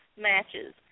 matches